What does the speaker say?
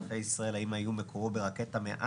מירב בן ארי, יו"ר ועדת ביטחון פנים: